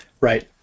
Right